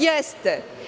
Jeste.